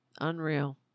Unreal